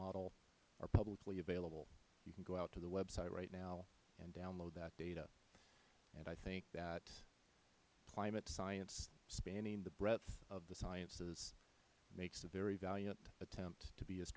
model are publicly available you can go out to the web site right now and download that data and i think that climate science spanning the breadth of the sciences makes a very valiant attempt to be as